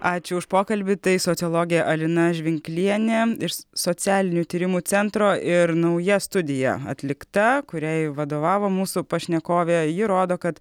ačiū už pokalbį tai sociologė alina žvinklienė iš socialinių tyrimų centro ir nauja studija atlikta kuriai vadovavo mūsų pašnekovė ji rodo kad